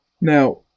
now